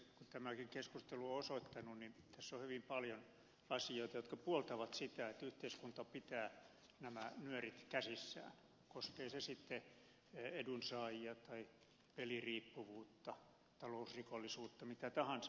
tämäkin keskustelu on osoittanut että tässä on hyvin paljon asioita jotka puoltavat sitä että yhteiskunta pitää nämä nyörit käsissään koskee se sitten edunsaajia tai peliriippuvuutta talousrikollisuutta mitä tahansa